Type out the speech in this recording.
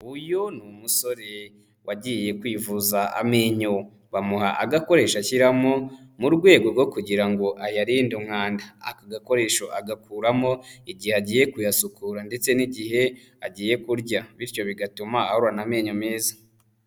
Uyu ni umusore wagiye kwivuza amenyo bamuha agakoresha ashyiramo mu rwego rwo kugira ngo ayarinde umwanda. Aka gakoresho agakuramo igihe agiye kuyasukura ndetse n'igihe agiye kurya, bityo bigatuma ahorana amenyo meza.